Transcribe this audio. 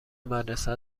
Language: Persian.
مدرسه